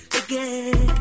again